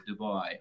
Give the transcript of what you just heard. Dubai